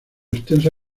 extensa